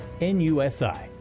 NUSI